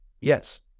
yes